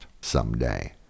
someday